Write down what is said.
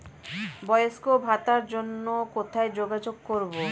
বয়স্ক ভাতার জন্য কোথায় যোগাযোগ করব?